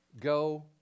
go